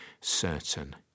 certain